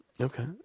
Okay